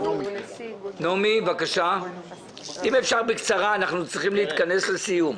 אם אפשר בקצרה, אנחנו צריכים להתכנס לסיום.